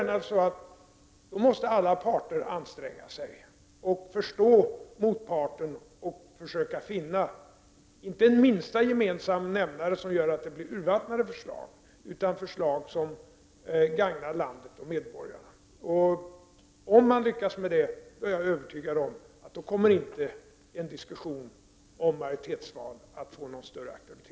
Därför måste alla parter anstränga sig att förstå varandra och försöka finna förslag som gagnar landet och medborgarna, och inte finna en minsta gemensam nämnare som gör att det blir urvattnade förslag. Om man lyckas i denna sin föresats, blir det inte aktuellt med någon diskussion om majoritetsval i Sverige.